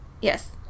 Yes